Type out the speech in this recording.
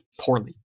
poorly